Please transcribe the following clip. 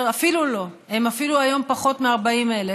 אפילו לא, הם אפילו היום פחות מ-40,000,